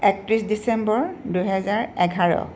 একত্ৰিছ ডিচেম্বৰ দুহেজাৰ এঘাৰ